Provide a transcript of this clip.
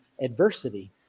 adversity